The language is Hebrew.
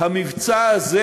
המבצע הזה